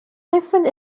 different